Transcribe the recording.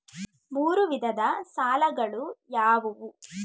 ಮೂರು ವಿಧದ ಸಾಲಗಳು ಯಾವುವು?